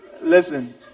Listen